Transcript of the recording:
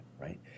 right